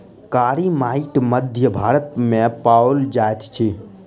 कारी माइट मध्य भारत मे पाओल जाइत अछि